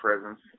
presence